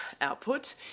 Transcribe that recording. output